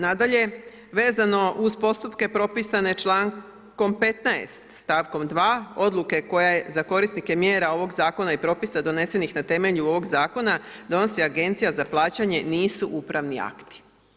Nadalje, vezano uz postupke propisane člankom 15., st. 2. odluke koja je za korisnike mjera ovog Zakona i propisa donesenih na temelju ovog Zakona donosi Agencija za plaćanje nisu upravni akti.